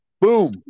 boom